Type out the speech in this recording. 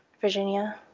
Virginia